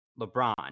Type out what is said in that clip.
LeBron